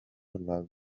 love